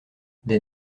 des